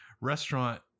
restaurant